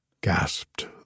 gasped